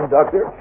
Doctor